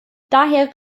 daher